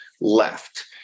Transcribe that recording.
left